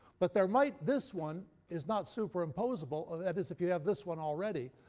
but there might this one is not superimposable. ah that is, if you have this one already,